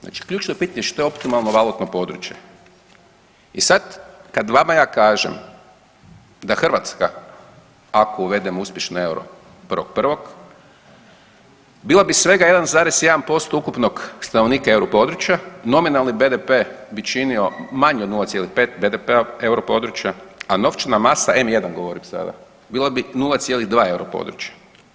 Znači ključno je pitanje što je optimalno valutno područje i sad kad vama ja kažem da Hrvatska, ako uvedemo uspješno euro 1.1. bila bi svega 1,1% ukupnog stanovnika euro područja, nominalni BDP bi činio manje od 0,5 BDP euro područja, a novčana masa M1 govorim sada, bila bi 0,2 euro područje.